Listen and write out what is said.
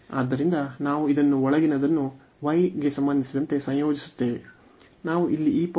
ಆದ್ದರಿಂದ ನಾವು ಇದನ್ನು ಒಳಗಿನದನ್ನು y ಗೆ ಸಂಬಂಧಿಸಿದಂತೆ ಸಂಯೋಜಿಸುತ್ತೇವೆ